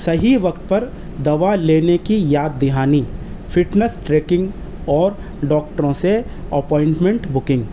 صحیح وقت پر دوا لینے کی یاد دہانی فٹنیس ٹریکنگ اور ڈاکٹروں سے اپوائنٹمنٹ بکنگ